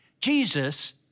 Jesus